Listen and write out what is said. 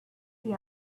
the